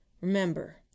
Remember